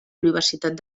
universitat